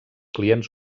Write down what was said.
clients